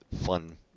fun